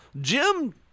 Jim